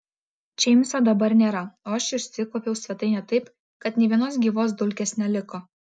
džeimso dabar nėra o aš išsikuopiau svetainę taip kad nė vienos gyvos dulkės neliko